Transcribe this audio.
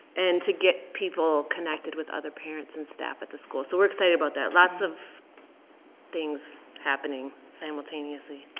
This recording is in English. and to get people connected with other parents and staff at the school. so we're excited about that. lots of things happening simultaneously.